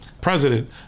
president